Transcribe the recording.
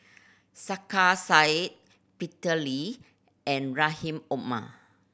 Sarkasi Said Peter Lee and Rahim Omar